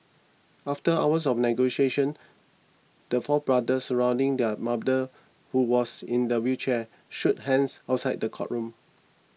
after hours of negotiations the four brothers surrounding their mother who was in a wheelchair shook hands outside the courtroom